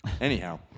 Anyhow